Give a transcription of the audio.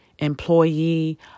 employee